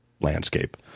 landscape